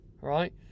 right